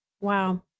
Wow